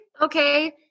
Okay